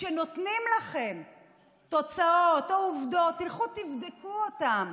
כשנותנים לכם תוצאות או עובדות, תלכו ותבדקו אותן.